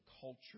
culture